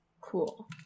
cool